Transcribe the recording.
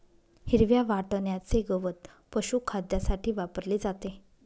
हिरव्या वाटण्याचे गवत पशुखाद्यासाठी वापरले जाते